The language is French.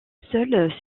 seules